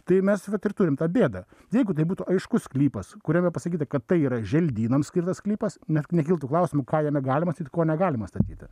tai mes vat ir turim tą bėdą jeigu tai būtų aiškus sklypas kuriame pasakyta kad tai yra želdynams skirtas sklypas net nekiltų klausimų ką jame galima sakyti ko negalima statyti